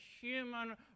human